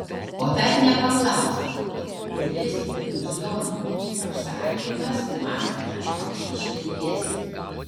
o dar nepaklausei kuris iliuziono apsakymas man arčiausiai širdies